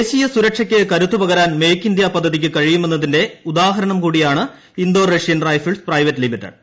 ദേശീയ സുരക്ഷയ്ക്ക് കരുത്ത് പകരാൻ മേക്ക് ഇന്ത്യ പദ്ധതിക്ക് കഴിയുമെന്നതിന്റെ ഉദാഹരണം കൂടിയാണ് Indo Russian rifles private limited